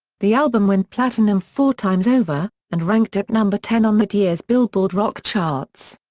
the album went platinum four times over, and ranked at number ten on that year's billboard rock charts.